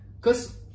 Cause